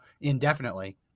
indefinitely